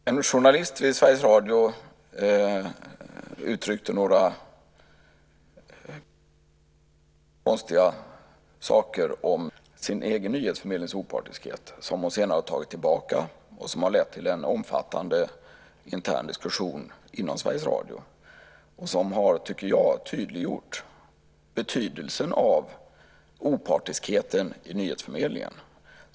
Fru talman! En journalist vid Sveriges Radio uttryckte några konstiga saker om nyhetsförmedlingens opartiskhet, sin egen nyhetsförmedlings opartiskhet, som hon senare har tagit tillbaka och som har lett till en omfattande intern diskussion inom Sveriges Radio. Den har, tycker jag, tydliggjort betydelsen av opartiskheten i nyhetsförmedlingen.